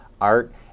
art